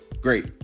Great